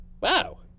Wow